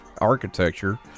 architecture